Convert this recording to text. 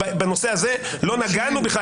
בנושא הזה לא נגענו בכלל.